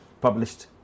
published